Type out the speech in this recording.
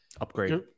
upgrade